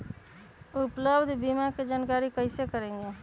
उपलब्ध बीमा के जानकारी कैसे करेगे?